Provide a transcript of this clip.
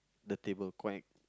the table quack